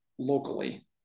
locally